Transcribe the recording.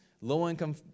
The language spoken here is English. low-income